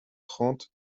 trente